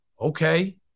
Okay